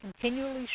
continually